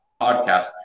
podcast